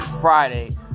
Friday